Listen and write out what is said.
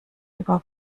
über